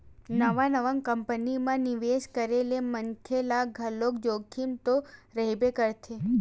नवा नवा कंपनी म निवेस करे ले मनखे ल बरोबर जोखिम तो रहिबे करथे